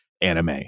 anime